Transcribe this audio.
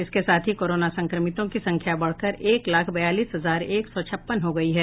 इसके साथ ही कोरोना संक्रमितों की संख्या बढ़कर एक लाख बयालीस हजार एक सौ छप्पन हो गई है